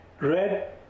Red